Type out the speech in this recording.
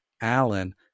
Alan